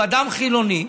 הוא אדם חילוני,